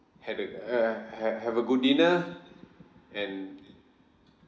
had a uh ha~ have a good dinner and